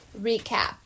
recap